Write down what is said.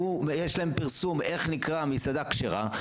יש להם פרסום איך נקראת מסעדה כשרה,